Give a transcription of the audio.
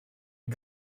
den